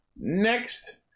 next